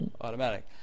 Automatic